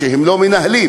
שהם לא מנהלים,